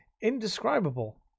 indescribable